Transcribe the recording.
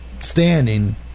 standing